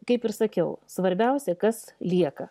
kaip ir sakiau svarbiausia kas lieka